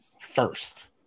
first